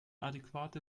adäquate